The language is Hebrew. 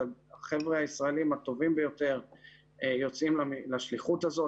החבר'ה הישראלים הטובים ביותר יוצאים לשליחות הזאת,